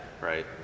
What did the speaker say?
right